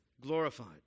glorified